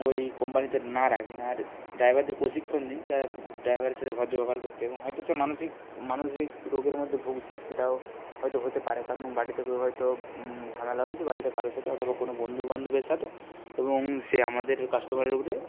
ওই কোম্পানিতে না রাখেন আর ড্রাইভারদের প্রশিক্ষণ দিন যা ড্রাইভারের সাথে ভদ্র ব্যবহার করতে এবং হয়তো সে মানসিক মানসিক রোগের মধ্যে ভুগছে সেটাও হয়তো হতে পারে কারণ বাড়ি থেকেও হয়তো ঝামেলা হয়েছে বাড়িতে কারো সাথে অথবা কোনো বন্ধু বান্ধবের সাথে এবং সে আমাদের কাস্টমারের উপরে